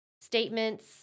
statements